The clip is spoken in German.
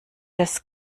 des